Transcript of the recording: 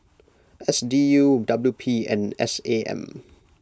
S D U W P and S A M